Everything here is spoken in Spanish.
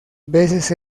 veces